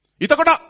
Itakota